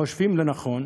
חושבים לנכון,